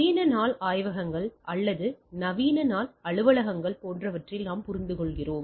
நவீன நாள் ஆய்வகங்கள் அல்லது நவீன நாள் அலுவலகங்கள் போன்றவற்றில் நாம் புரிந்துகொள்கிறோம்